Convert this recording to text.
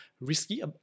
risky